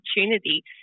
opportunity